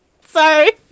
Sorry